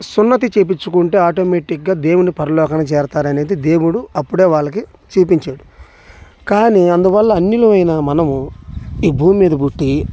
సున్నతి చేయించుకుంటే ఆటోమేటిక్గా దేవుని పరలోకన చేరతారు అనేది దేవుడు అప్పుడే వాళ్ళకి చూపించాడు కానీ అందువల్ల అన్యులమైన మనము ఈ భూమ్మీద పుట్టి